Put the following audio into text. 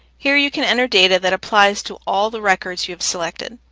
here, you can enter data that applies to all the records you've selected.